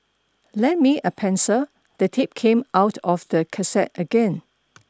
lend me a pencil the tape came out of the cassette again